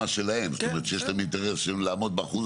זאת אומרת שיש גם את האינטרס לעמוד באחוז